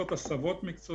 משרד הרווחה לא יכול לקחת